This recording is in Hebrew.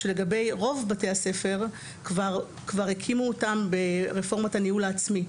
שברוב בתי הספר כבר הקימו אותם ברפורמת הניהול העצמי.